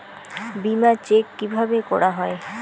বিমা চেক কিভাবে করা হয়?